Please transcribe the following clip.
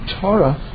Torah